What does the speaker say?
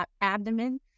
abdomen